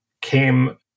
came